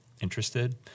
interested